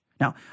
Now